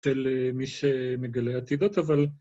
אצל מי שמגלה עתידות, אבל...